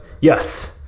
Yes